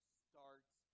starts